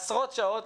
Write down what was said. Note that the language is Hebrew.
עשרות שעות,